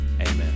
Amen